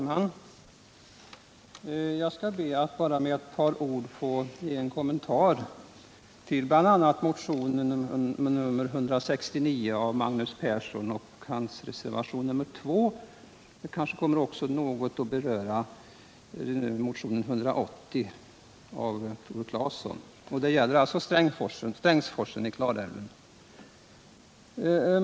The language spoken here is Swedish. Herr talman! Jag skall be att bara få ge en kommentar till bl.a. motionen nr 169 av Magnus Persson och hans reservation nr 2. Jag kanske också kommer att något beröra motionen nr 180 av Tore Claeson. Det gäller alltså Strängsforsen i Klarälven.